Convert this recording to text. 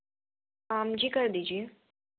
हाँ जी कर दीजिए